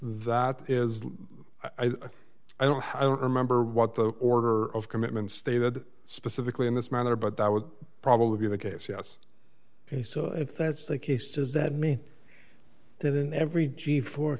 that is i think i don't i don't remember what the order of commitment stated specifically in this matter but that would probably be the case yes ok so if that's the case is that me that in every g four